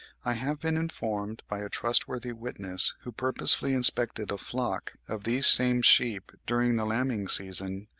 i have been informed by a trustworthy witness, who purposely inspected a flock of these same sheep during the lambing season,